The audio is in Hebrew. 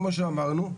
כמו שאמרנו,